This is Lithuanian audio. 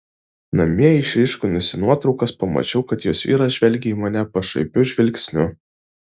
namie išryškinusi nuotraukas pamačiau kad jos vyras žvelgia į mane pašaipiu žvilgsniu